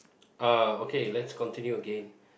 ah okay let's continue again